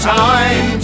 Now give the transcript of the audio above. time